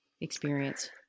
experience